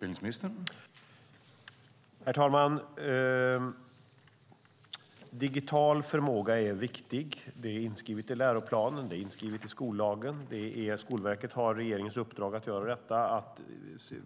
Herr talman! Digital förmåga är viktig. Det är inskrivet i läroplanen och skollagen. Skolverket har regeringens uppdrag att göra detta, att